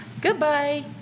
Goodbye